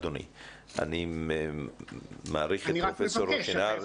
--- אני מעריך את פרופ' רועי שנהר.